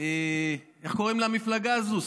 איך קוראים למפלגה הזו?